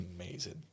amazing